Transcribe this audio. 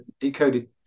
decoded